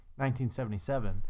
1977